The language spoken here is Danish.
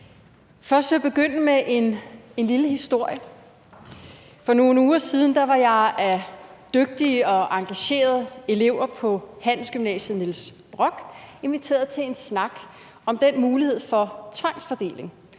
Først vil jeg begynde med en lille historie. For nogle uger siden var jeg af dygtige og engagerede elever på Handelsgymnasiet Niels Brock inviteret til en snak om den mulighed for tvangsfordeling,